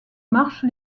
marche